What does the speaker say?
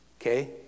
okay